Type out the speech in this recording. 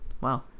wow